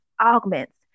augments